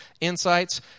insights